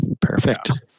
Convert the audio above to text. Perfect